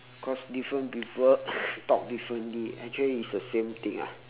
because different people talk differently actually is the same thing ah